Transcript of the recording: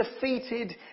defeated